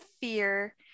fear